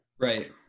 right